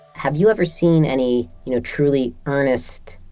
have you ever seen any you know truly earnest,